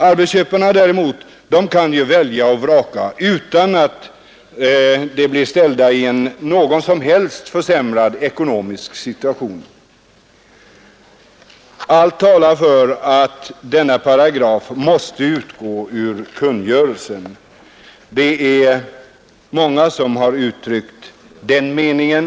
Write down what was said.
Arbetsköparna däremot kan välja och vraka utan att bli ställda i en på något sätt försämrad ekonomisk situation. Allt talar för att denna paragraf måste utgå ur kungörelsen. Det är många som har uttryckt den meningen.